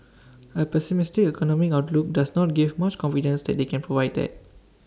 A pessimistic economic outlook does not give much confidence that they can provide that